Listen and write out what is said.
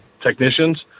technicians